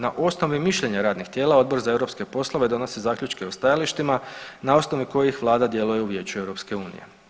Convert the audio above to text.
Na osnovi mišljenja radnih tijela Odbor za europske poslove donosi zaključke o stajalištima na osnovi kojih Vlada djeluje u Vijeću Europske unije.